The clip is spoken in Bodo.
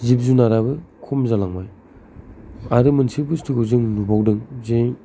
जिब जुनाराबो खम जालांबाय आरो मोनसे बुस्थुखौ जों नुबावदों जे